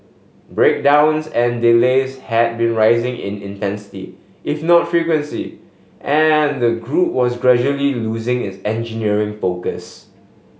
breakdowns and delays had been rising in intensity if not frequency and the group was gradually losing its engineering focus